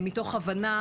מתוך הבנה